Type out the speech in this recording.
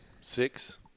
Six